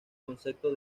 concepto